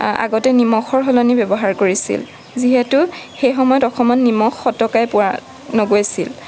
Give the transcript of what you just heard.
আগতে নিমখৰ সলনি ব্যৱহাৰ কৰিছিল যিহেতু সেই সময়ত নিমখ সতকাই পোৱা নগৈছিল